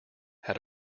had